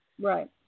Right